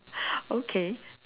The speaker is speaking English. okay